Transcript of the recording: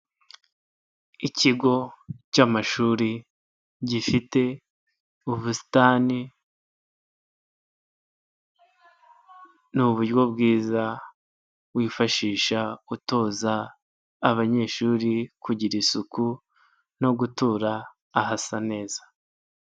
Ikigo cy'amashuri gifite ubusitani, ni uburyo bwiza wifashisha utoza abanyeshuri kugira isuku no gutura ahasa neza.